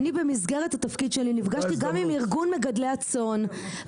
אני במסגרת התפקיד שלי נפגשתי גם עם ארגון מגדלי הצאן,